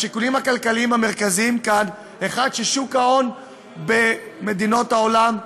השיקולים הכלכליים המרכזיים כאן: 1. שוק ההון במדינות העולם,